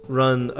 run